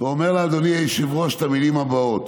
ואומר לה, אדוני היושב-ראש, את המילים הבאות: